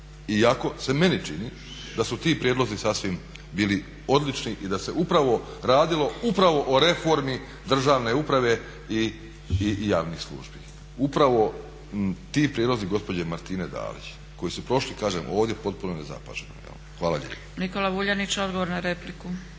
iako se meni čini da su ti prijedlozi sasvim bili odlični i da se upravo radilo upravo o reformi državne uprave i javnih službi, upravo ti prijedlozi gospođe Martine Dalić koji su prošli, kažem ovdje potpuno nezapaženo. Hvala lijepo.